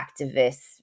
activists